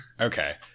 Okay